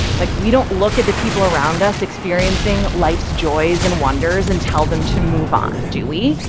like, we don't look at the people around us experiencing life's joys and wonders and tell them to move on, do we?